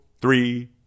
three